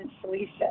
Felicia